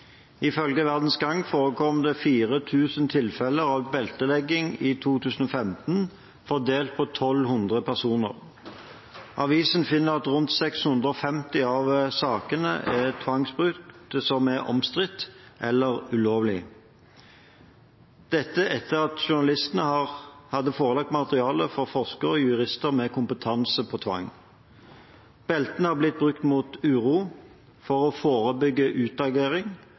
Ifølge VG forekom det 4 000 tilfeller av beltelegging i 2015, fordelt på 1 200 personer. Avisen finner at i rundt 650 av sakene er tvangsbruken omstridt eller ulovlig – dette etter at journalistene hadde forelagt materialet for forskere og jurister med kompetanse på tvang. Beltene har blitt brukt mot uro, for å forebygge utagering